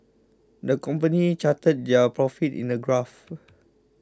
the company charted their profits in a graph